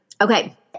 Okay